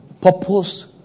Purpose